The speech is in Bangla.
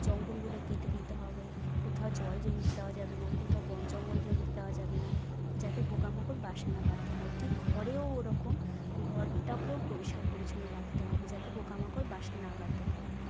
জঙ্গলগুলো কেটে দিতে হবে কোথাও জল জমতে দেওয়া যাবে না কোথাও বন জঙ্গল জমতে দেওয়া যাবে না যাতে পোকামাকড় বাসা না বাঁধতে পারে ঠিক ঘরেও ওরকম ঘরটাকেও পরিষ্কার পরিচ্ছন্ন রাখতে হবে যাতে পোকা মাকড় বাসা না বাঁধতে পারে